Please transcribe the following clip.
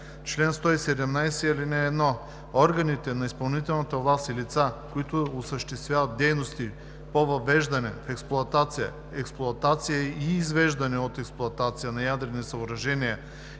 „Чл. 117. (1) Органите на изпълнителната власт и лица, които осъществяват дейности по въвеждане в експлоатация, експлоатация и извеждане от експлоатация на ядрени съоръжения